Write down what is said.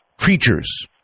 creatures